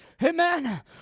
Amen